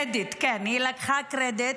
זה קרדיט, כן, היא לקחה קרדיט.